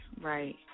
right